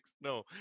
No